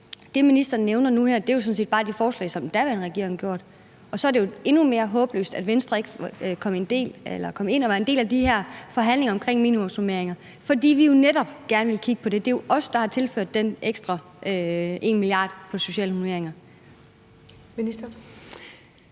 Det, ministeren nævner nu her, er jo sådan set bare det forslag, som den daværende regering havde, og så er det jo endnu mere håbløst, at Venstre ikke kom ind og blev en del af de her forhandlinger omkring minimumsnormeringer, for vi ville jo netop gerne kigge på det. Det er jo os, der har tilført den ekstra 1 mia. kr. til sociale normeringer. Kl.